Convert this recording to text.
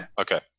Okay